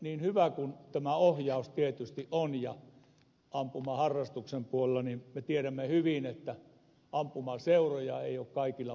niin hyvä kuin tämä ohjaus tietysti on ampumaharrastuksen puolella niin me tiedämme hyvin että ampumaseuroja ei ole kaikilla paikkakunnilla